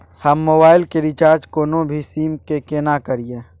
हम मोबाइल के रिचार्ज कोनो भी सीम के केना करिए?